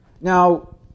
Now